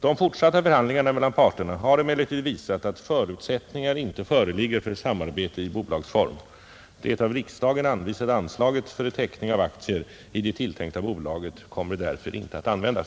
De fortsatta förhandlingarna = Utrustning m.m. mellan parterna har emellertid visat att förutsättningar inte föreligger för samarbete i bolagsform. Det av riksdagen anvisade anslaget för teckning av aktier i det tilltänkta bolaget kommer därför inte att användas.